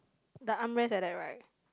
the arm rest like that right